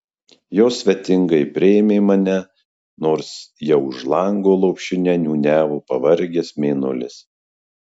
jos svetingai priėmė mane nors jau už lango lopšinę niūniavo pavargęs mėnulis